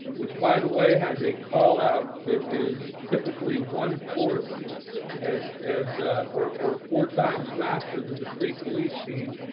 which by the way, has a callout, that is typical ly one four as as or or four times faster than the state police team,